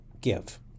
give